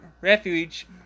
refuge